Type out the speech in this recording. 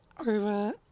over